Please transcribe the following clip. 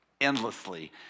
endlessly